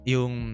Yung